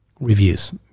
reviews